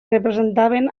representaven